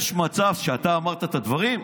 יש מצב שאתה אמרת את הדברים?